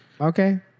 Okay